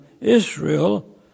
Israel